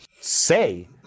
say